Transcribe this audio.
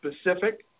Specific